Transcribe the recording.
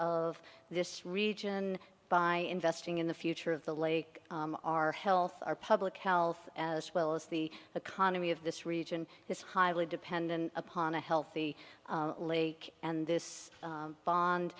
of this region by investing in the future of the lake our health our public health as well as the economy of this region is highly dependent upon a healthy lake and this bond